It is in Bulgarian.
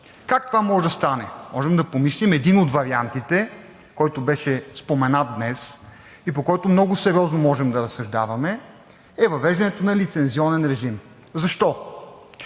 Как това може да стане? Можем да помислим. Един от вариантите, който беше споменат днес и по който много сериозно можем да разсъждаваме, е въвеждането на лицензионен режим. Защо?